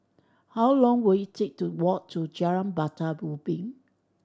how long will it take to walk to Jalan Batu Ubin